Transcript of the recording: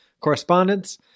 correspondence